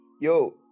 yo